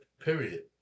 period